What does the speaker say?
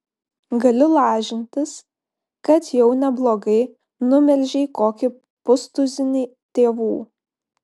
galiu lažintis kad jau neblogai numelžei kokį pustuzinį tėvų